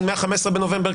מה-15 בנובמבר,